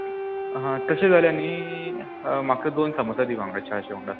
आं तशें जाल्या न्ही म्हाका दोन सामोसा दी वांगडा च्याचा वांगडा